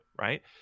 right